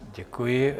Děkuji.